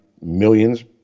millions